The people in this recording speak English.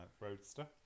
Roadster